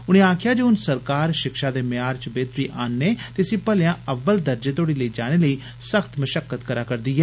उनें आक्खेआ जे हून सरकार शिक्षा दे मयार च बेहतरी आनने ते इसी मलेआं अव्वल दर्जे तोड़ी लेई जाने लेई सख्त मशक्कत करै करदी ऐ